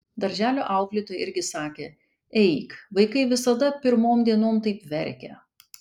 darželio auklėtoja irgi sakė eik vaikai visada pirmom dienom taip verkia